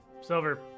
Silver